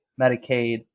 medicaid